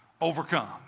overcome